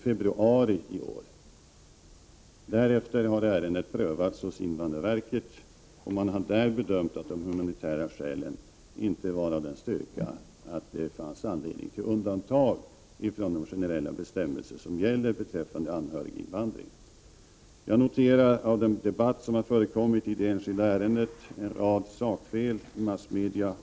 Därefter har ärendet prövats hos invandrarverket. Man bedömde där att de humanitära skälen inte var av den styrkan att det fanns anledning att göra undantag ifrån de generella bestämmelser som gäller beträffande anhöriginvandring. 13 Jag noterar att i den debatt som har förts i det enskilda ärendet har en rad sakfel förekommit i massmedia.